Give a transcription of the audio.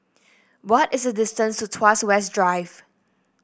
what is the distance to Tuas West Drive